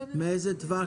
מאיזה טווח